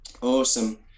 Awesome